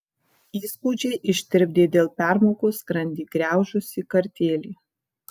įspūdžiai ištirpdė dėl permokos skrandį griaužusį kartėlį